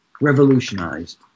revolutionized